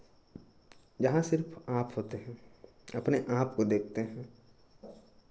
जहाँ सिर्फ आप होते हैं अपने आपको देखते हैं